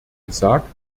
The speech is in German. gesagt